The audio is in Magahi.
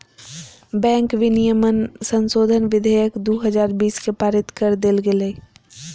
बैंक विनियमन संशोधन विधेयक दू हजार बीस के पारित कर देल गेलय